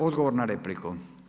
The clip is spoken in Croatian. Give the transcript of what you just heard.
Odgovor na repliku.